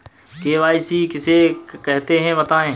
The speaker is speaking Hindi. के.वाई.सी किसे कहते हैं बताएँ?